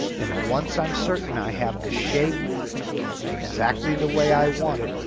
and once i'm certain i have the shape exactly the way i want it.